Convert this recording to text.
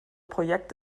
projekt